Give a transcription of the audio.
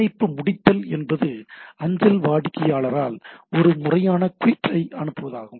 இணைப்பு முடித்தல் என்பது அஞ்சல் வாடிக்கையாளரால் ஒரு முறையான குய்ட் ஐ அனுப்புவதாகும்